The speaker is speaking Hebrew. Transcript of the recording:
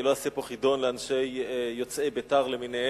אני לא אעשה פה חידון לאנשים יוצאי בית"ר למיניהם